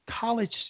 college